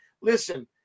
Listen